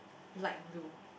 light blue